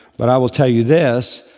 but i will tell you this,